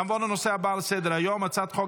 נעבור לנושא הבא על סדר-היום: הצעת חוק